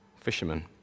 fishermen